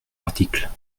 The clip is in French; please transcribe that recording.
article